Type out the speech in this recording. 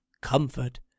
comfort